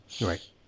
Right